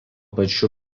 pačiu